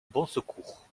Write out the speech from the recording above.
bonsecours